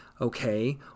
okay